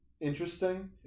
interesting